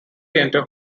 enter